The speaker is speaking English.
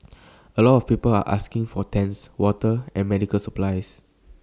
A lot of people are asking for tents water and medical supplies